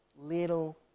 Little